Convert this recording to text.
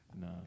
No